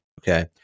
okay